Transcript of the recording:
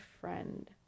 friend